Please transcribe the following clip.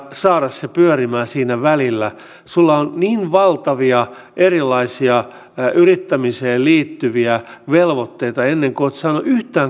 samalla viemme eteenpäin kärkihankkeiden kautta biotaloutta cleantechiä puhtaita ratkaisuja terveysalaa digitalisaatiota ja tätä kautta tuemme suomen kansantalouden uudistumista ja innovatiivisuuden vahvistumista